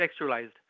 contextualized